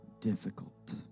difficult